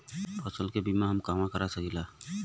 फसल के बिमा हम कहवा करा सकीला?